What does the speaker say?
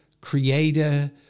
creator